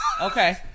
Okay